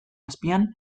azpian